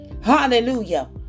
Hallelujah